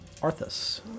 Arthas